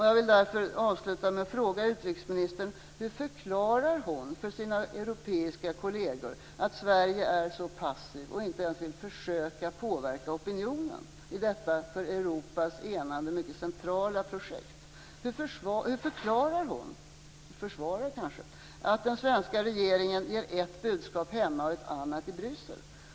Jag vill avsluta med att fråga utrikesministern: Hur förklarar hon för sina europeiska kolleger att Sverige är så passivt och inte ens vill försöka påverka opinionen i detta för Europas enande så centrala projekt? Hur förklarar - försvarar kanske - hon att den svenska regeringen ger ett budskap hemma och ett annat i Bryssel?